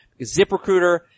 ZipRecruiter